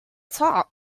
top